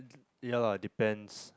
ya lah depends